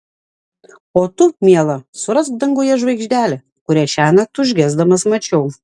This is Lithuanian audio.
o tu miela surask danguje žvaigždelę kurią šiąnakt užgesdamas mačiau